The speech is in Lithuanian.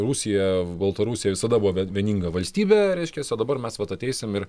rusija baltarusija visada buvo vie vieninga valstybė reiškiasi o dabar mes vat ateisim ir